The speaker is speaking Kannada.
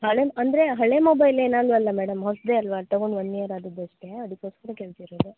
ಹಳೇದು ಅಂದರೆ ಹಳೆ ಮೊಬೈಲ್ ಏನು ಅಲ್ವಲ್ಲ ಮೇಡಮ್ ಹೊಸದೆ ಅಲ್ವ ತಗೊಂಡು ಒನ್ ಇಯರ್ ಆದದಷ್ಟೇ ಅದಕೋಸ್ಕರ ಕೇಳ್ತಿರೋದು